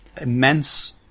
immense